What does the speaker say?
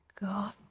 God